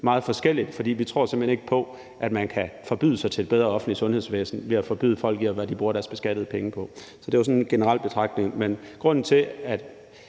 meget forskelligt, for vi tror simpelt hen ikke på, at man kan forbyde sig til et bedre offentligt sundhedsvæsen ved at forbyde folk at bruge deres beskattede penge på noget bestemt. Så det var sådan en generel betragtning.